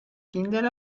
kindel